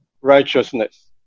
righteousness